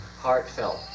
heartfelt